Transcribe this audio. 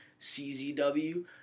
CZW